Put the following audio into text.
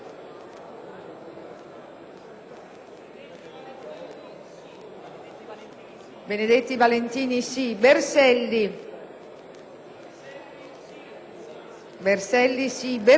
Benedetti Valentini, Berselli,